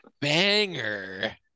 banger